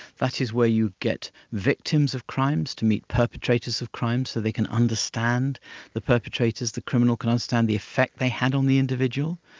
that is where you get victims of crimes to meet perpetrators of crime so they can understand the perpetrators, the criminal can understand the effect they had on the individual.